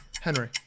Henry